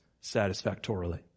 satisfactorily